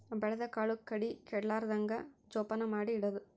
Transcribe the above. ಬೆಳದ ಕಾಳು ಕಡಿ ಕೆಡಲಾರ್ದಂಗ ಜೋಪಾನ ಮಾಡಿ ಇಡುದು